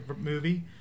movie